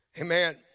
Amen